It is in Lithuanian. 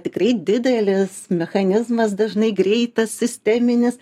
tikrai didelis mechanizmas dažnai greitas sisteminis